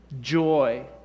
joy